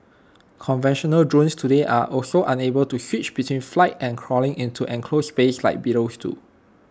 conventional drones today are also unable to switch between flight and crawling into enclosed spaces like beetles do